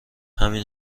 همین